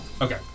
Okay